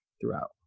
throughout